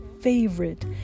favorite